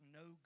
no